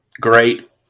Great